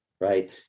right